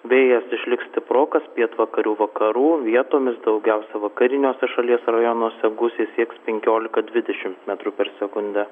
vėjas išliks stiprokas pietvakarių vakarų vietomis daugiausia vakariniuose šalies rajonuose gūsiai sieks penkiolika dvidešimt metrų per sekundę